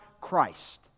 Christ